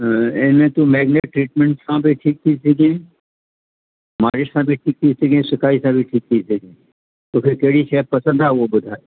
इन में तूं मेगनेट ट्रीटमेंट सां बि ठीक थी थी सघी मालिश सां बि ठीक थी सघी सिकाई सां बि ठीक थी सघी तोखे कहिड़ी शइ पसंदि आहे उहा ॿुधाए